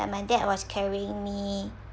and my dad was carrying me